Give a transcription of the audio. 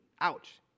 Ouch